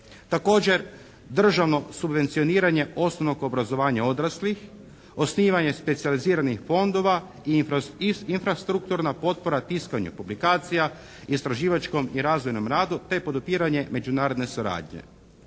Također državno subvencioniranje osnovnog obrazovanja odraslih, osnivanje specijaliziranih fondova i infrastrukturna potpora tiskanju publikacija, istraživačkom i razvojnom radu te podupiranje međunarodne suradnje.